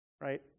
right